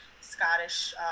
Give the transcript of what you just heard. Scottish